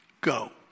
go